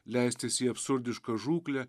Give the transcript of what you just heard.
leistis į absurdišką žūklę